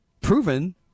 proven